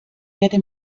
werde